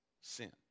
sin